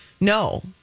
no